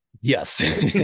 Yes